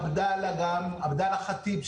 עבדאללה חטיב.